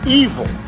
evil